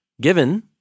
given